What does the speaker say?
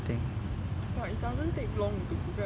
but it doesn't take long to prepare